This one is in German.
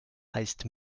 heißt